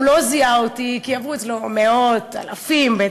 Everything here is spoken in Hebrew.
הוא לא זיהה אותי כי עברו אצלו מאות, בטח אלפים.